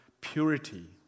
purity